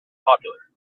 popular